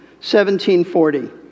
1740